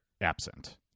absent